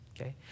okay